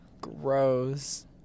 Gross